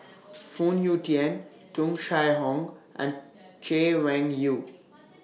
Phoon Yew Tien Tung Chye Hong and Chay Weng Yew